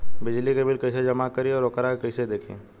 बिजली के बिल कइसे जमा करी और वोकरा के कइसे देखी?